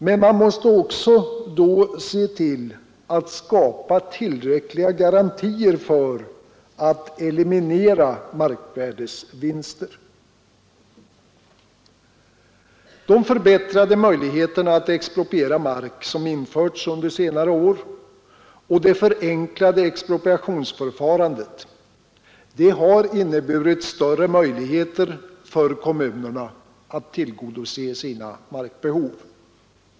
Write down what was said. Men man måste då också se till att skapa tillräckliga garantier för att eliminera markvärdesvinster. De förbättrade möjligheter att expropriera mark som införts under senare år och det förenklade expropriationsförfarandet har inneburit större möjligheter för kommunerna att tillgodose sitt markbehov.